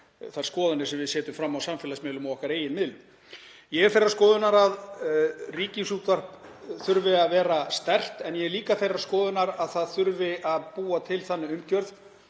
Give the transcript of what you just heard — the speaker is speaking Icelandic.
þær skoðanir sem við setjum fram á samfélagsmiðlum og okkar eigin miðlum. Ég er þeirrar skoðunar að ríkisútvarp þurfi að vera sterkt en ég er líka þeirrar skoðunar að búa þurfi til þannig umgjörð